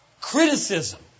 criticism